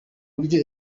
buryo